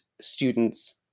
students